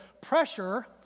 pressure